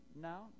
now